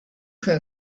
can